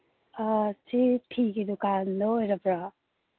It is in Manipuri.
ꯑꯥ ꯁꯤ ꯐꯤꯒꯤ ꯗꯨꯀꯥꯟꯗꯨ ꯑꯣꯏꯔꯕ꯭ꯔꯣ